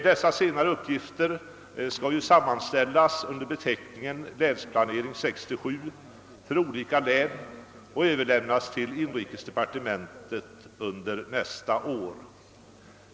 Dessa senare uppgifter skall sammanställas under beteckningen Länsplanering 1967 för olika län och överlämnas till inrikesdepartementet under nästa år.